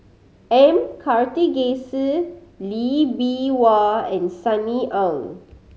M Karthigesu Lee Bee Wah and Sunny Ang